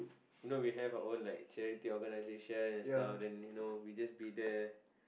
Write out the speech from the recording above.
you know we have our own like charity organisation and stuff then you know we just be there